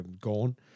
gone